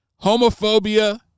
homophobia